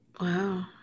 Wow